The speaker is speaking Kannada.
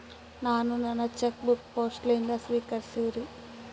ನಾನು ನನ್ನ ಚೆಕ್ ಬುಕ್ ಪೋಸ್ಟ್ ಲಿಂದ ಸ್ವೀಕರಿಸಿವ್ರಿ